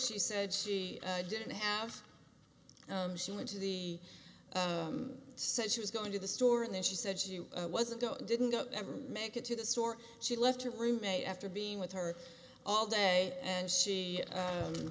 she said she didn't have soon to the said she was going to the store and then she said she wasn't didn't ever make it to the store she left her roommate after being with her all day and she